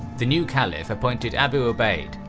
the new caliph appointed abu ubaid,